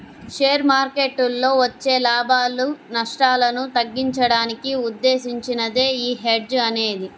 share మార్కెట్టులో వచ్చే లాభాలు, నష్టాలను తగ్గించడానికి ఉద్దేశించినదే యీ హెడ్జ్ అనేది